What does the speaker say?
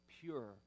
pure